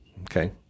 Okay